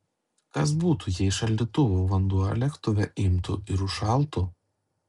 kas būtų jei šaldytuvų vanduo lėktuve imtų ir užšaltų